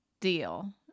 deal